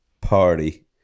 party